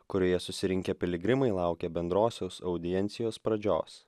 kurioje susirinkę piligrimai laukė bendrosios audiencijos pradžios